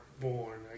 born